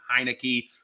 Heineke